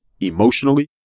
emotionally